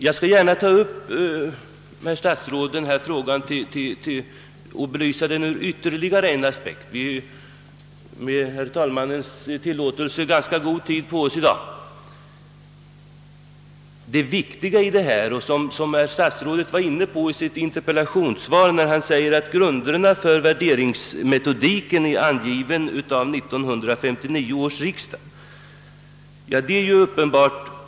Jag skall gärna belysa denna fråga ur ytterligare en aspekt — vi har ganska god tid på oss i dag. Statsrådet säger i sitt interpellationssvar att grunderna för värderingsmetodiken är angivna av 1959 års riksdag.